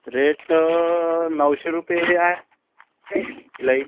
rate नऊशे रुपये आहे शिलाई